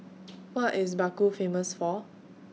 What IS Baku Famous For